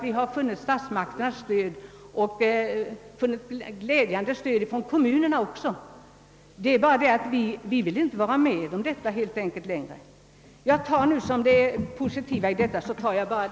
Vi har fått statsmakternas stöd och även rönt ett glädjande intresse hos kommunerna för att få institutioner byggda för barneftersyn till förmån både för familjerna och — inte minst — för arbetsmarknaden. Låt nu inte tolkningen av civilförsvarslagen bli en käpp i hjulet!